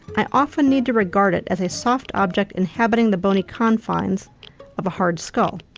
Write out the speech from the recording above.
i often need to regard it as a soft object inhabiting the bony confines of a hard skull.